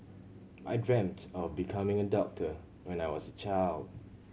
I dreamt of becoming a doctor when I was a child